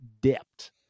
dipped